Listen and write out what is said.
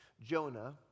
Jonah